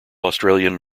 australian